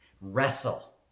wrestle